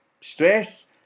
Stress